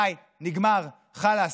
די, נגמר, חלאס.